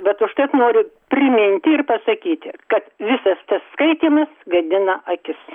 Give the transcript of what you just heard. bet užtat noriu priminti ir pasakyti kad visas tas skaitymas gadina akis